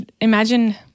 imagine